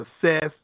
success